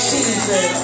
Jesus